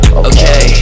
okay